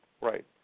right